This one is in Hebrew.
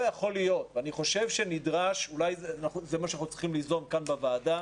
אולי את זה אנחנו צריכים ליזום כאן בוועדה